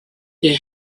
they